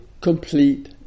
complete